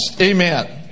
Amen